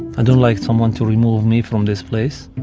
and like someone to remove me from this place